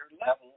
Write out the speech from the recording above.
level